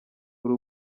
uri